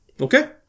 Okay